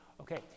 Okay